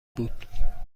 بود